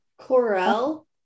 Corel